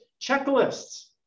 checklists